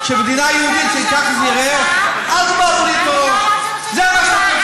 לא אמרתי שזה מה שאני רוצה.